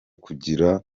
kugira